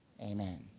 amen